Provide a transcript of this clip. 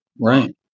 Right